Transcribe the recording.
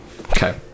Okay